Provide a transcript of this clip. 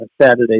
Saturday